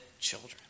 children